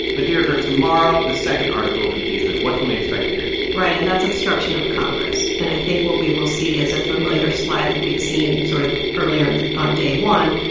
but, deirdre, tomorrow, the second article of impeachment. what can we expect to hear? right, and that's obstruction of congress. and i think what we will see is a familiar slide that we've seen sort of earlier in the on day one,